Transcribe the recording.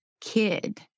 kid